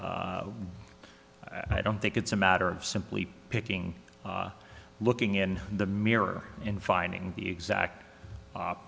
i don't think it's a matter of simply picking looking in the mirror and finding the exact